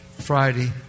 Friday